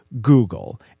Google